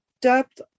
depth